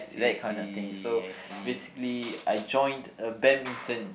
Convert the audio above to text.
that kind of thing so basically I joined uh badminton